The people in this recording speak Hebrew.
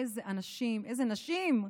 אילו אנשים,